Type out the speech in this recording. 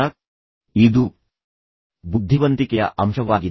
ಇದು ಇದಲ್ಲ ಆದರೆ ಇದು ಬುದ್ಧಿವಂತಿಕೆಯ ಅಂಶವಾಗಿದೆ